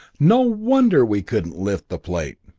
no wonder we couldn't lift the plate!